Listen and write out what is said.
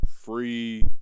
free